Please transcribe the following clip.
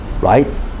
right